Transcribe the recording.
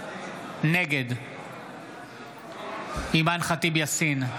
נגד אימאן ח'טיב יאסין,